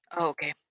Okay